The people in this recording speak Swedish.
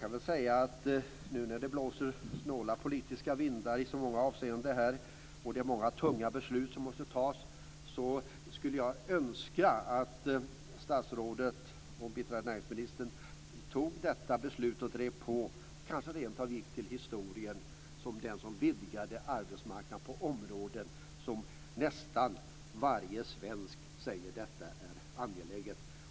Nu när det blåser så snåla politiska vindar i många avseenden och när det är så många tunga politiska beslut som måste fattas skulle jag önska att statsrådet och biträdande näringsministern fattade detta beslut. Kanske skulle hon då rentav gå till historien som den som vidgade arbetsmarknaden på olika områden. Nästan varje svensk säger att detta är angeläget.